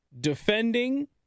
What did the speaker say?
defending